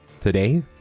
Today